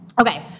Okay